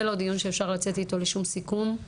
זה לא דיון שאפשר לצאת איתו לשום סיכום.